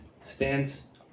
stands